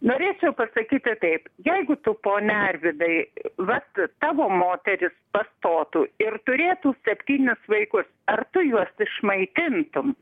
norėčiau pasakyti taip jeigu tu pone arvydai vat tavo moteris pastotų ir turėtų septynis vaikus ar tu juos išmaitintum